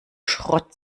schrott